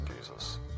Jesus